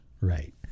Right